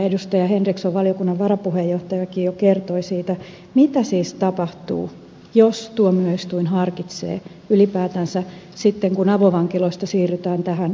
henriksson valiokunnan varapuheenjohtajakin jo kertoi siitä mitä siis tapahtuu jos tuomioistuin harkitsee ylipäätänsä sitten kun avovankiloista siirrytään tähän rangaistusmuotoon kotona